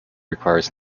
requires